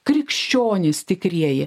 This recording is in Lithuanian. krikščionys tikrieji